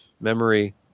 memory